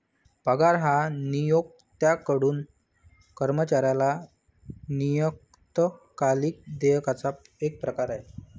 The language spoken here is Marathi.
पगार हा नियोक्त्याकडून कर्मचाऱ्याला नियतकालिक देयकाचा एक प्रकार आहे